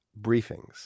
briefings